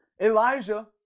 Elijah